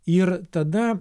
ir tada